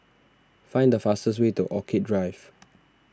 find the fastest way to Orchid Drive